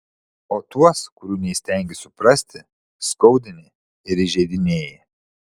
o tuos kurių neįstengi suprasti skaudini ir įžeidinėji